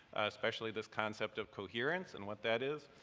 especially this concept of coherence and what that is,